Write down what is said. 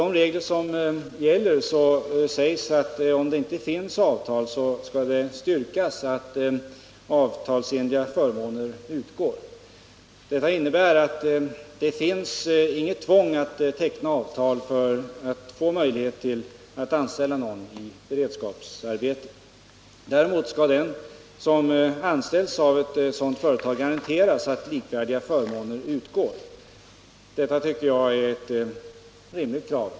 I gällande regler sägs att om det inte finns avtal, skall det styrkas att avtalsenliga förmåner utgår. Detta innebär att det inte finns något tvång att teckna avtal för att få möjlighet att anställa någon i beredskapsarbete. Däremot skall den som anställs av ett sådant företag garanteras att likvärdiga förmåner utgår. Det tycker jag är ett rimligt krav.